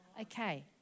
Okay